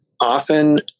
often